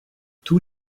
tous